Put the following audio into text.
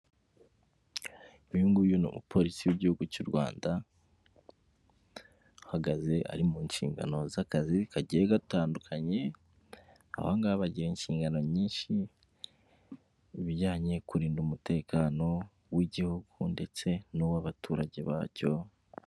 Uyunguyu ni umupolisi w'igihugu cy'u rwanda. Ahagaze ari mu nshingano z'akazi kagiye gatandukanye ahoga bagira inshingano nyinshi bijyanye kurinda umutekano w'igihugu ndetse n'uw'abaturage bacyo.